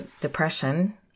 depression